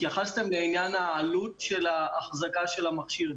התייחסתם לעניין עלות האחזקה של המכשיר.